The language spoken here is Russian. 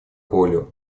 колю